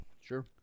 Sure